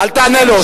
אל תענה לו.